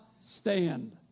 stand